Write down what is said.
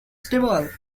stable